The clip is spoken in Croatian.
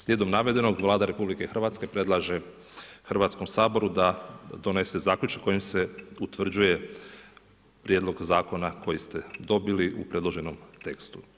Slijedom navedenog Vlada RH predlaže Hrvatskom saboru da donese zaključak kojim se utvrđuje prijedlog zakona koji ste dobili u predloženom tekstu.